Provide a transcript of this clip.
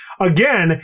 Again